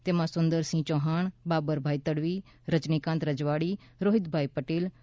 તેમાં સુંદરસિંહ યૌહાણ બાબરભાઇ તડવી રજનીકાંત રજવાડી રોહિતભાઇ પટેલ સ્વ